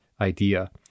idea